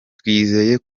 twizeye